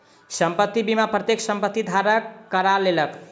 संपत्ति बीमा प्रत्येक संपत्ति धारक करा लेलक